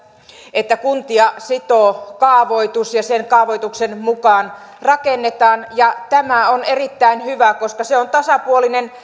että kuntia sitoo kaavoitus ja sen kaavoituksen mukaan rakennetaan tämä on erittäin hyvä koska se on tasapuolinen